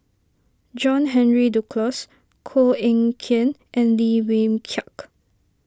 John Henry Duclos Koh Eng Kian and Lim Wee Kiak